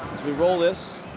we roll this.